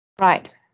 Right